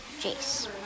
Jace